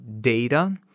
data